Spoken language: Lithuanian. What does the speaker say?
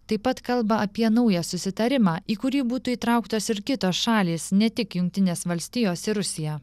taip pat kalba apie naują susitarimą į kurį būtų įtrauktos ir kitos šalys ne tik jungtinės valstijos ir rusija